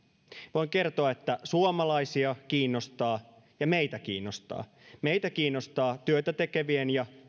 voin kertoa että suomalaisia kiinnostaa ja meitä kiinnostaa meitä kiinnostaa työtä tekevien ja